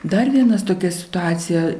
dar vienas tokia situacija